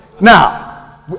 Now